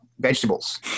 vegetables